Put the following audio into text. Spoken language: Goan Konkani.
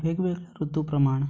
वेगवेगळ्या रुतू प्रमाण